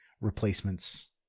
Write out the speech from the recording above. replacements